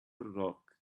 rock